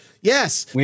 Yes